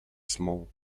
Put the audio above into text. small